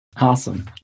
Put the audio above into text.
Awesome